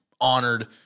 honored